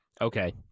Okay